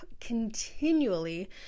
continually